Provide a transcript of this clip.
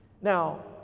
Now